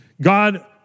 God